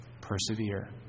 persevere